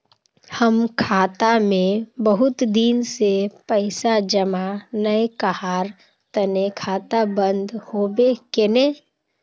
हम खाता में बहुत दिन से पैसा जमा नय कहार तने खाता बंद होबे केने?